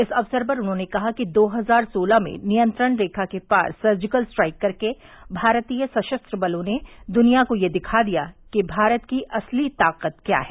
इस अक्सर पर उन्होंने कहा कि दो हजार सोलह में नियंत्रण रेखा के पार सर्जिकल स्ट्राइक करके भारतीय सशस्त्र बलों ने दुनिया को यह दिखा दिया कि भारत की असली ताकत क्या है